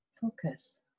focus